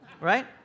right